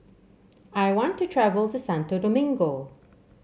I want to travel to Santo Domingo